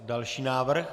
Další návrh.